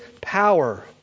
power